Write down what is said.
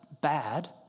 bad